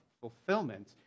fulfillment